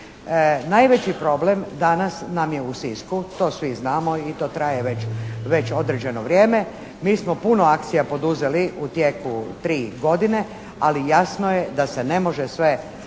Najveći problem danas nam je u Sisku. To svi znamo i to traje već određeno vrijeme. Mi smo puno akcija poduzeli u tijeku tri godine ali jasno je da se ne može sve